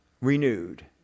renewed